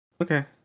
Okay